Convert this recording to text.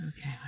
Okay